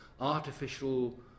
Artificial